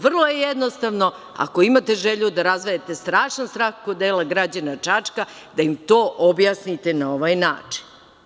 Vrlo je jednostavno, ako imate želju da razvijate strašan strah kod dela građana Čačka, da im to objasnite na ovaj način.